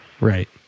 Right